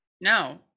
No